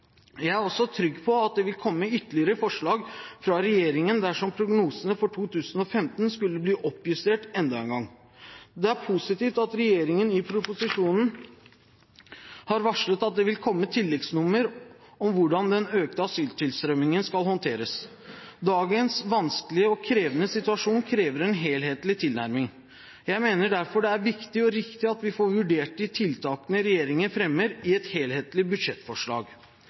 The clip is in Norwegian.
Jeg er også trygg på at det vil komme ytterligere forslag fra regjeringen dersom prognosene for 2015 skulle bli oppjustert enda en gang. Det er positivt at regjeringen i proposisjonen har varslet at det vil komme tilleggsnummer om hvordan den økte asyltilstrømningen skal håndteres. Dagens vanskelige og krevende situasjon krever en helhetlig tilnærming. Jeg mener derfor det er viktig og riktig at vi får vurdert de tiltakene regjeringen fremmer, i et helhetlig budsjettforslag.